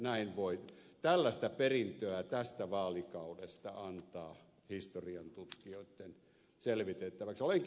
eihän tällaista perintöä voi tästä vaalikaudesta antaa historiantutkijoitten selvitettäväksi